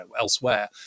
elsewhere